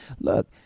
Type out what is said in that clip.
Look